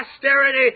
posterity